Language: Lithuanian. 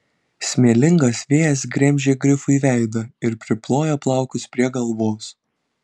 smėlingas vėjas gremžė grifui veidą ir priplojo plaukus prie galvos